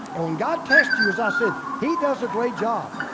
and when god tests you, as i said, he does a great job.